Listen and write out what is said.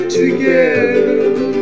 together